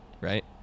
right